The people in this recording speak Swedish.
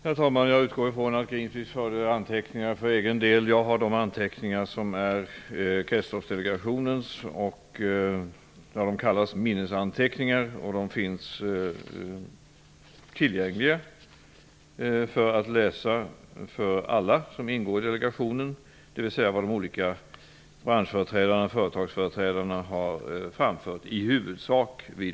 Herr talman! Jag utgår från att Greenpeace förde anteckningar för egen del. Jag har de anteckningar som är Kretsloppsdelegationens. De kallas för minnesanteckningar. De finns tillgängliga, och där kan man läsa vad alla som ingår i delegationen, dvs. de olika bransch och företagsföreträdarna, har framfört i huvudsak.